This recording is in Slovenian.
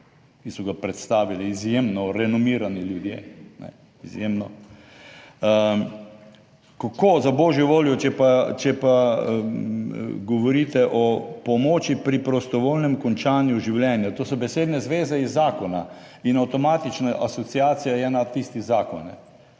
ki so ga predstavili izjemno renomirani ljudje, izjemno. Kako za božjo voljo pa, če pa govorite o pomoči pri prostovoljnem končanju življenja. To so besedne zveze iz zakona in avtomatična asociacija je na tisti zakon.